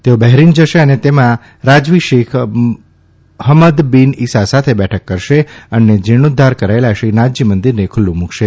તેઓ બહેરિન જશે અને તેના રાજવી શેખ હમદ બીન ઇસા સાથે બેઠક કરશે અને જીર્ણોદ્વાર કરાયેલા શ્રીનાથજી મંદિરને ખૂલ્લું મૂકસે